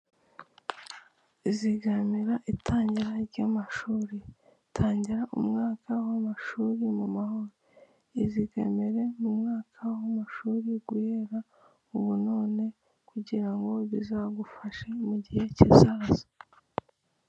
Zigamira itangira ry'amashuri tangira umwaka w'amashuri mu mahoro, izigamire mu mwaka w'amashuri guhera ubu none kugira ngo bizagufashe mu gihe kizaza.